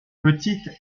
petite